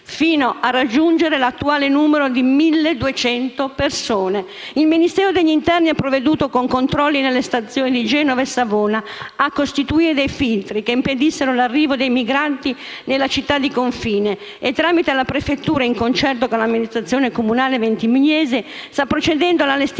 fino a raggiungere l'attuale numero di 1.200 persone. Il Ministero dell'interno ha provveduto con controlli nelle stazioni di Genova e Savona a costituire dei "filtri" che impedissero l'arrivo dei migranti nella città di confine e, tramite la Prefettura, in concerto con l'amministrazione comunale ventimigliese, sta procedendo all'allestimento